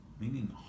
meaning